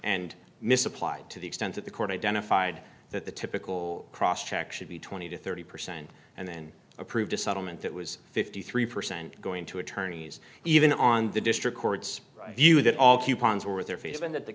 and misapplied to the extent that the court identified that the typical cross check should be twenty to thirty percent and then approved a subtle meant that was fifty three percent going to attorneys even on the district court's view that all coupons were there feeling that the